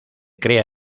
crea